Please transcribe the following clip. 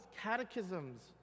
catechisms